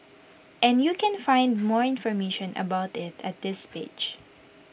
and you can find more information about IT at this page